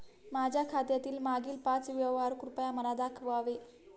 माझ्या खात्यातील मागील पाच व्यवहार कृपया मला दाखवावे